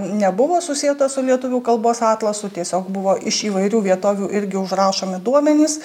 nebuvo susieta su lietuvių kalbos atlasu tiesiog buvo iš įvairių vietovių irgi užrašomi duomenys